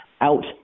out